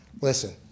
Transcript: listen